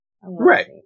Right